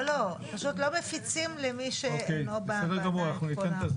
פשוט לא מפיצים למי שאינו בוועדה את כל החומרים.